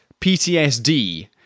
PTSD